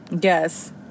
Yes